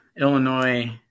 Illinois